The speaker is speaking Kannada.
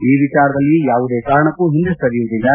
ಈ ವಿಚಾರದಲ್ಲಿ ಯಾವುದೇ ಕಾರಣಕ್ಕೂ ಒಂದೆ ಸರಿಯುವುದಿಲ್ಲ